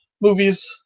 movies